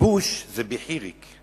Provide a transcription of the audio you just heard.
גיבוש זה בחיריק,